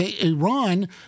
Iran